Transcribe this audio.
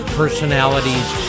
personalities